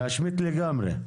להשמיט לגמרי?